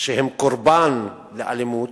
שהם קורבן לאלימות,